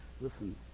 Listen